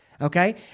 okay